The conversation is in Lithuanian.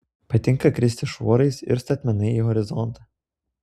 patinka kristi šuorais ir statmenai į horizontą